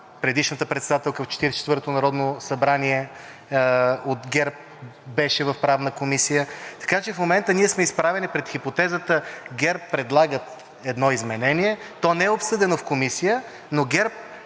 предишната председателка в Четиридесет и четвъртото народно събрание от ГЕРБ беше в Правната комисия. Така че в момента ние сме изправени пред хипотезата – ГЕРБ предлагат едно изменение, то не е обсъдено в Комисията, но ГЕРБ